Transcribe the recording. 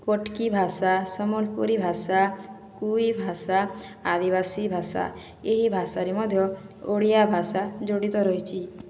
କଟକୀ ଭାଷା ସମ୍ବଲପୁରୀ ଭାଷା କୁଇ ଭାଷା ଆଦିବାସୀ ଭାଷା ଏହି ଭାଷାରେ ମଧ୍ୟ ଓଡ଼ିଆ ଭାଷା ଯୋଡ଼ିତ ରହିଛି